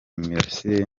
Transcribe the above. imirasire